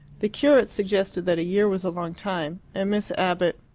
the curate suggested that a year was a long time and miss abbott,